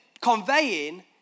conveying